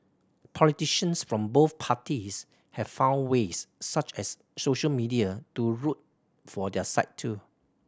politicians from both parties have found ways such as social media to root for their side too